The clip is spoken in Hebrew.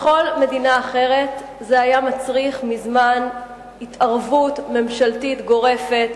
בכל מדינה אחרת זה היה מצריך מזמן התערבות ממשלתית גורפת,